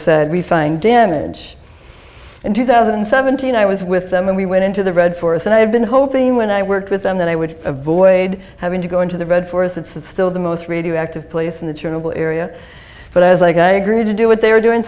said we find damage in two thousand and seventeen i was with them and we went into the red forest and i have been hoping when i work with them that i would avoid having to go into the red forest it's it's still the most radioactive place in the chernobyl area but as i agree to do what they are doing